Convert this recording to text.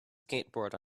skateboard